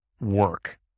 work